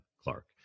Clark